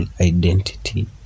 identity